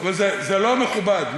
אבל זה לא מכובד,